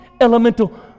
elemental